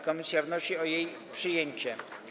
Komisja wnosi o jej przyjęcie.